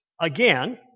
again